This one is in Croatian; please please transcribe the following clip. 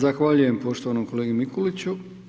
Zahvaljujem poštovanom kolegi Mikuliću.